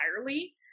entirely